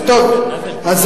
כן, שהם ייעלמו.